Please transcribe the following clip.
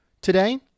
today